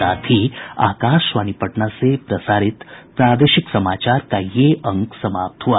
इसके साथ ही आकाशवाणी पटना से प्रसारित प्रादेशिक समाचार का ये अंक समाप्त हुआ